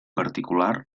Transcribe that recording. particular